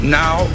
now